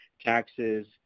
taxes